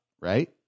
right